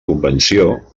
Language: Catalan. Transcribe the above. convenció